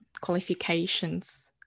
qualifications